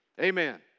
Amen